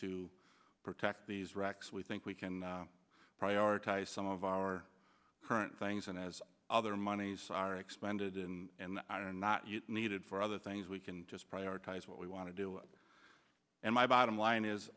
to protect these racks we think we can prioritize some of our current things and as other monies are expanded and i are not yet needed for other things we can just prioritize what we want to do and my bottom line is